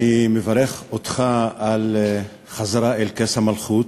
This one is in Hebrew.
אני מברך אותך על חזרתך אל כס המלכות.